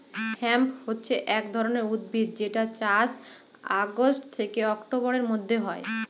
hemp হছে এক ধরনের উদ্ভিদ যেটার চাষ অগাস্ট থেকে অক্টোবরের মধ্যে হয়